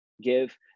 give